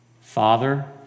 Father